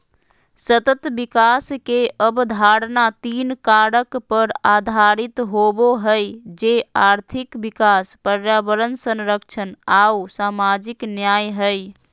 सतत विकास के अवधारणा तीन कारक पर आधारित होबो हइ, जे आर्थिक विकास, पर्यावरण संरक्षण आऊ सामाजिक न्याय हइ